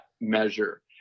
measure